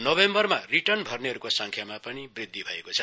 नोभेम्बरमा रिटर्न भर्नेहरूको सङ्ख्यामा पनि वृद्धि भएको छ